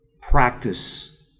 practice